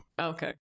Okay